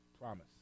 promise